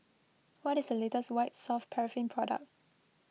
what is the latest White Soft Paraffin Product